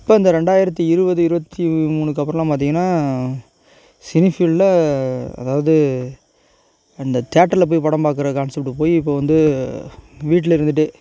இப்போ இந்த ரெண்டாயிரத்து இருபது இருபத்தி மூணுக்கப்பறம்லாம் பார்த்திங்கனா சினி ஃபீல்ட்டில அதாவது அந்தத் தேட்டரில் போய் படம் பார்க்கற கான்செப்ட்டு போய் இப்போ வந்து வீட்டில இருந்துகிட்டே